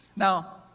now,